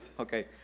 Okay